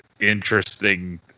interesting